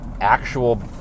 actual